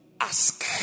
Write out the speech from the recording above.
ask